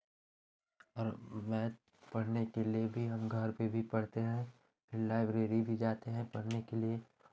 और मैथ पढ़ने के लिए भी हम घर पे भी पढ़ते हैं फिर लाइब्रेरी भी जाते हैं पढ़ने के लिए